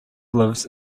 lives